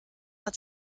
hat